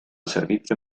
servizio